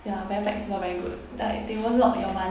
ya very flexible very good like they won't lock your money